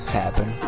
happen